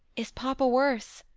is papa worse?